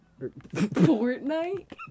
Fortnite